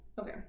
Okay